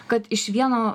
kad iš vieno